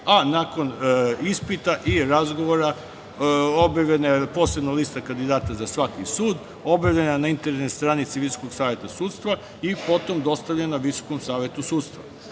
a nakon ispita i razgovora, obavljena je posebna lista kandidata za svaki sud, objavljena je na internet stranici VSS i potom dostavljena VSS.Visoki savet sudstva